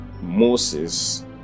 Moses